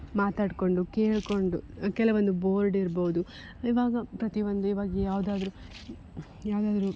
ಮಾತಾಡಿಕೊಂಡು ಕೇಳಿಕೊಂಡು ಕೆಲವೊಂದು ಬೋರ್ಡ್ ಇರ್ಬೌದು ಇವಾಗ ಪ್ರತಿ ಒಂದು ಇವಾಗ ಯಾವುದಾದ್ರು ಯಾವುದಾದ್ರು